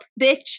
bitch